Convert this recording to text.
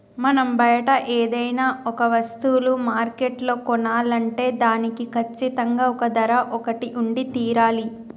మనం బయట ఏదైనా ఒక వస్తువులు మార్కెట్లో కొనాలంటే దానికి కచ్చితంగా ఓ ధర ఒకటి ఉండి తీరాలి